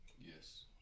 Yes